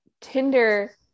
tinder